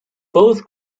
both